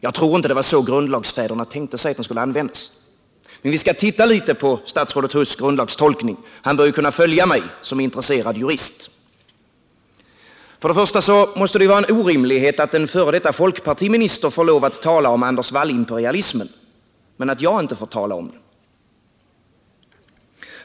Jag tror inte det var så grundlagsfäderna tänkte sig att den skulle användas, men vi skall titta litet på statsrådet Huss grundlagstolkning; han bör ju som intresserad jurist kunna följa mig. För det första måste det ju vara en orimlighet att en f. d. folkpartiminister får lov att tala om Anders Wall-imperialismen men att jag inte får tala om den.